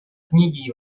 книги